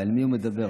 ועל מי הוא מדבר.